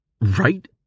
Right